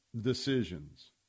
decisions